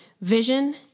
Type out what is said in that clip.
vision